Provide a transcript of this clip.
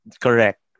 Correct